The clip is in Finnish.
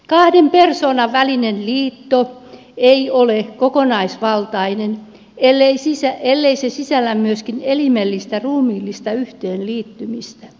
kahden persoonan välinen liitto ei ole kokonaisvaltainen ellei se sisällä myöskin elimellistä ruumiillista yhteenliittymistä